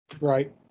Right